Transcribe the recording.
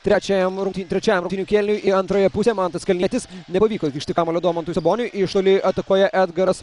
trečiajam rungtynių trečiajam kėliniui į antrąją pusę mantas kalnietis nepavyko įkišti kamuolio domantui saboniui iš toli atakuoja edgaras